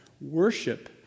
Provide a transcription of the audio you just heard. Worship